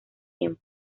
tiempo